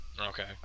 Okay